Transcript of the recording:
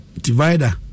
Divider